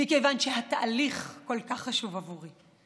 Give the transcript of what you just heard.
מכיוון שהתהליך כל כך חשוב עבורי.